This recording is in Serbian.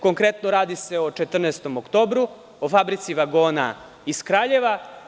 Konkretno, radi se o „14. oktobru“, o Fabrici vagona iz Kraljeva.